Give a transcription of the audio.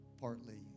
partly